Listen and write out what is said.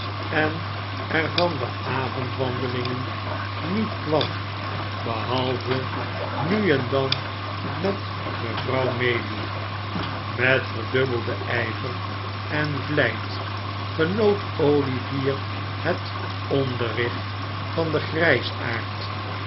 en er van de avondwandelingen niet kwam behalve nu en dan met mevrouw maylie met verdubbelden ijver en vlijt genoot olivier het onderricht van den